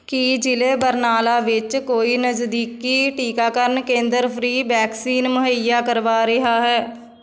ਕੀ ਜ਼ਿਲ੍ਹੇ ਬਰਨਾਲਾ ਵਿੱਚ ਕੋਈ ਨਜ਼ਦੀਕੀ ਟੀਕਾਕਰਨ ਕੇਂਦਰ ਫ੍ਰੀ ਵੈਕਸੀਨ ਮੁਹੱਈਆ ਕਰਵਾ ਰਿਹਾ ਹੈ